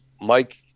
Mike